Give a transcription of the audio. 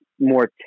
more